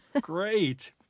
great